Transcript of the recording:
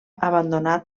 abandonat